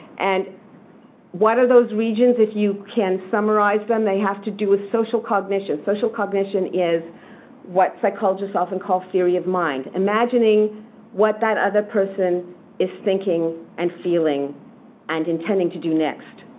and what are those regions if you can summarize them? they have to do with social cognition. social cognition is what psychologists often call theory of mind, imagining what that other person is thinking and feeling and intending to do next.